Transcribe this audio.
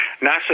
NASA